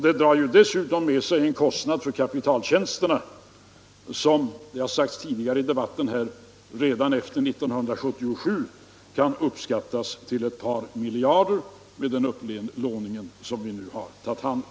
Det drar dessutom med sig en kostnad för kapitaltjänsterna som, det har sagts tidigare i debatten, redan efter 1977 kan uppskattas till ett par miljarder med den upplåning vi har nu.